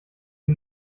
die